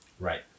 Right